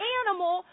animal